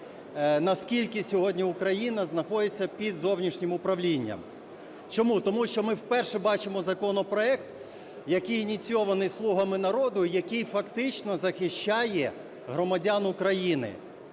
наскільки сьогодні Україна знаходиться під зовнішнім управлінням. Чому? Тому що ми вперше бачимо законопроект, який ініційованим "слугами народу", який фактично захищає громадян України.